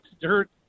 Dirt